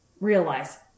realize